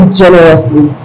generously